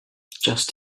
just